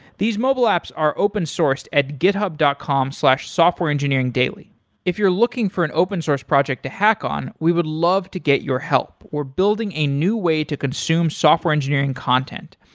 these mobile apps are open sourced at github dot com slash softwareengineeringdaily. if you're looking for an open source project to hack on, we would love to get your help. we're building a new way to consume software engineering content.